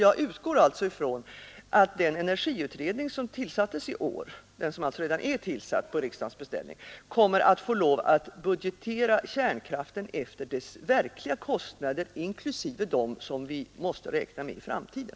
Jag utgår alltså från att den energiutredning som tillsatts i år på riksdagens beställning kommer att få lov att budgetera kärnkraften efter dess verkliga kostnader, inklusive dem som vi måste räkna med i framtiden.